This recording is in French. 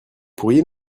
pourriez